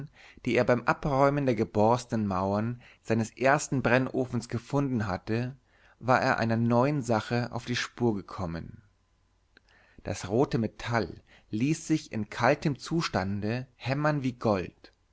die er beim abräumen der geborstenen mauern seines ersten brennofens gefunden hatte war er einer neuen sache auf die spur gekommen das rote metall ließ sich in kaltem zustande hämmern wie gold